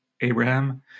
Abraham